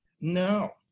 No